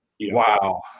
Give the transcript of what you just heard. Wow